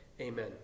Amen